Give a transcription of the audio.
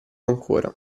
ancora